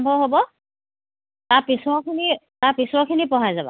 এই বাইদেউ মোৰ কিনাই পৰিছোঁ এশ পোন্ধৰ টকা মই নিজৰ মূলত দি আছে আপোনাক